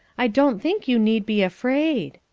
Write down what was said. i don't think you need be afraid.